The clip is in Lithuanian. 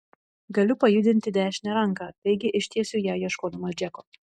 galiu pajudinti dešinę ranką taigi ištiesiu ją ieškodama džeko